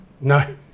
No